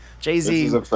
jay-z